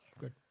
Good